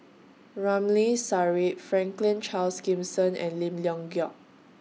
Ramli Sarip Franklin Charles Gimson and Lim Leong Geok